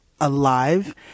alive